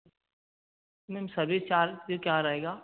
ma'am सभी charge फिर क्या रहेगा